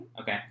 Okay